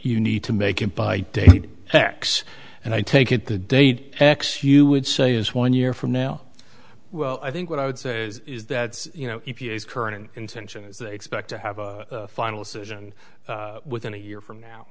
you need to make it by day x and i take it the date x you would say is one year from now well i think what i would say is that you know current intention is they expect to have a final decision within a year from now